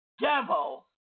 devil